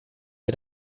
wir